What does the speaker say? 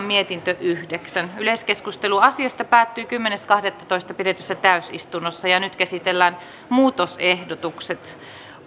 mietintö yhdeksän yleiskeskustelu asiasta päättyi kymmenes kahdettatoista kaksituhattaviisitoista pidetyssä täysistunnossa nyt käsitellään muutosehdotukset